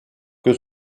que